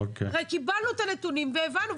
קיבלנו את הנתונים והבנו.